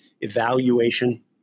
evaluation